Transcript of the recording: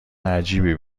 عجیبی